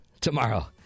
tomorrow